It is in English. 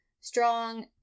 strong